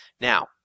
Now